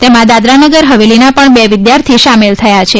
તેમાં દાદરાનગર ફવેલીના પણ બે વિદ્યાર્થી સામેલ થયા છે